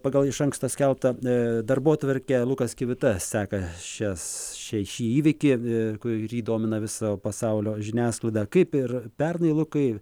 pagal iš anksto skelbtą darbotvarkę lukas kivita seka šias še šį įvykį kurį domina visą pasaulio žiniasklaidą kaip ir pernai lukai